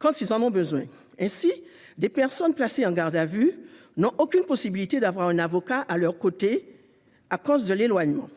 Saint-Pierre-et-Miquelon. Ainsi, des personnes placées en garde à vue n'ont aucune possibilité d'avoir un avocat à leurs côtés à cause de l'éloignement.